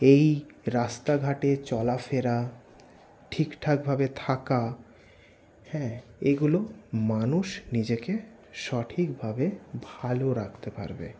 এই রাস্তাঘাটে চলাফেরা ঠিকঠাক ভাবে থাকা হ্যাঁ এগুলো মানুষ নিজেকে সঠিক ভাবে ভালো রাখতে পারবে